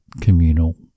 communal